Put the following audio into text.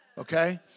Okay